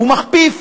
החלטה ומכפיף